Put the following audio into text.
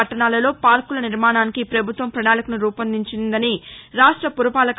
పట్టణాలలో పార్కుల నిర్మాణానికి ప్రభుత్వం ప్రపణాళికను రూపొందించిన రాష్ట్ర పురపాలక